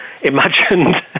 imagined